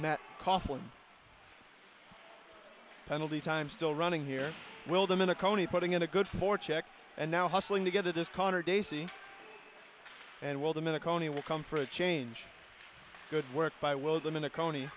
matt coffee penalty time still running here will them in a county putting in a good four check and now hustling to get it is connor daisy and well the minute tony will come for a change good work by will them in a county